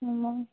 मग